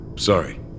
Sorry